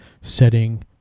setting